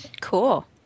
Cool